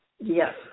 Yes